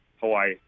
Hawaii